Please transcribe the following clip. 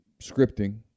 scripting